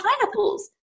pineapples